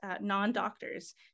non-doctors